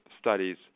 studies